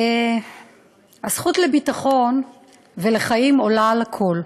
הזכות לביטחון ולחיים עולה על הכול.